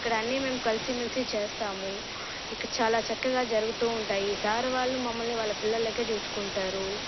ఇక్కడ అన్నీ మేము కలిసి మెలిసి చేస్తాము ఇంక చాలా చక్కగా జరుగుతూ ఉంటాయి సార్ వాళ్ళు మమ్మల్ని వాళ్ళ పిల్లలలెక్క చూసుకుంటారు